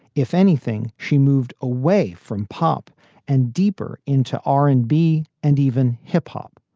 if anything, she moved away from pop and deeper into r and b and even hip hop.